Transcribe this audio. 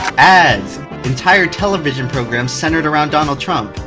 ads entire television programs centered around donald trump.